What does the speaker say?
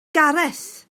gareth